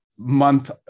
month